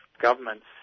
governments